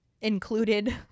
included